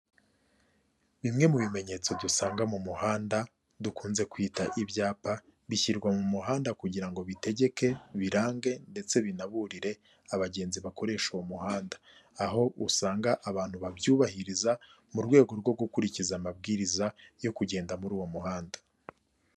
Bimwe mu bimenyetso dusanga mu muhanda dukunze kwita ibyapa bishyirwa mu muhanda kugira ngo bitegeke, birange ndetse binaburire abagenzi bakoresha uwo muhanda, aho usanga abantu babyubahiriza mu rwego rwo gukurikiza amabwiriza yo kugenda muri uwo muhanda.